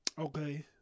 Okay